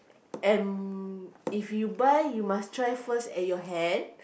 and if you buy you must try first at your hand